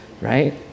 right